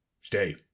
stay